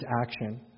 action